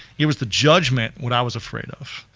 it was the judgment, what i was afraid of.